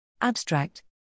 Abstract